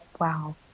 wow